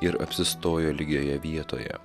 ir apsistojo lygioje vietoje